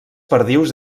perdius